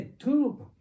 two